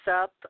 up